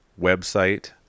website